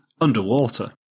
underwater